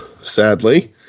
Sadly